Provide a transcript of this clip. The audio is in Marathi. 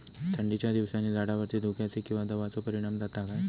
थंडीच्या दिवसानी झाडावरती धुक्याचे किंवा दवाचो परिणाम जाता काय?